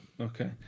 okay